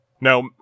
Now